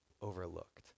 overlooked